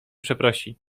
przeprosi